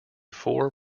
four